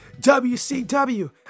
WCW